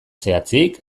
zehatzik